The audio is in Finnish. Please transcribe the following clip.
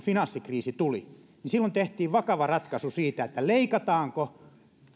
finanssikriisi tuli niin silloin tehtiin vakava ratkaisu siitä leikataanko